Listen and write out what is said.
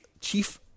chief